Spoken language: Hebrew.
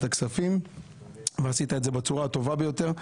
הכספים ועשית את זה בצורה הטובה ביותר.